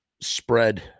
spread